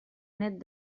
net